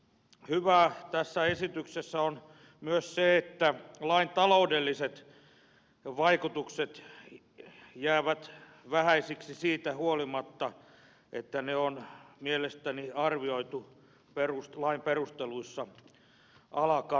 hyvää tässä esityksessä on myös se että lain taloudelliset vaikutukset jäävät vähäisiksi siitä huolimatta että ne on mielestäni arvioitu lain perusteluissa alakanttiin